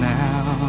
now